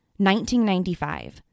1995